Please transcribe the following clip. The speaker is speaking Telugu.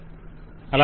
వెండర్ అలాగా